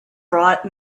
brought